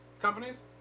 companies